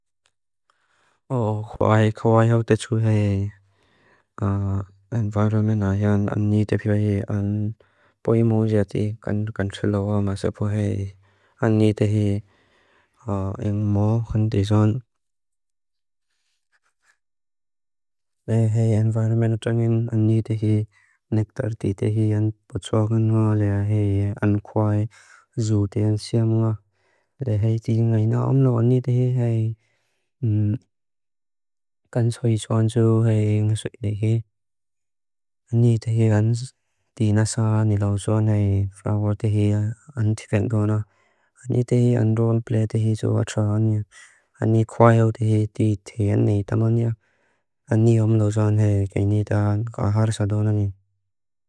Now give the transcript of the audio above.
Anead hí an dínasa nilauzuan hei fráuat hei an tifangoon á. Anead hí an rúan plead hei zo á traa áni á. Anead kwaeawd hei dí téan hei daman áni á. Aneam lauzuan hei gai nidaan g̱áxára saadón áni.